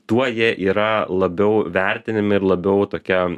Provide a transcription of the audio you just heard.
tuo jie yra labiau vertinami ir labiau tokia